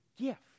gift